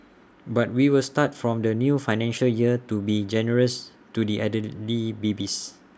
but we will start from the new financial year to be generous to the elderly babies